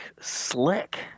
slick